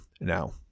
Now